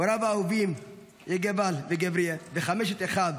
הוריו האהובים יגבאל וגברה וחמשת אחיו